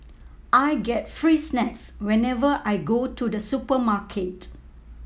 I get free snacks whenever I go to the supermarket